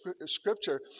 scripture